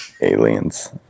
Aliens